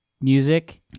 music